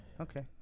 Okay